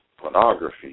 pornography